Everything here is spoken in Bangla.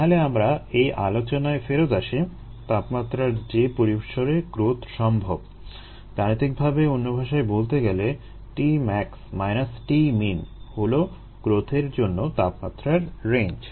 তাহলে আমরা এই আলোচনায় ফেরত আসি তাপমাত্রার যে পরিসরে গ্রোথ সম্ভব - গাণিতিকভাবে অন্য ভাষায় বলতে গেলে Tmax Tmin হলো গ্রোথের জন্য তাপমাত্রার রেঞ্জ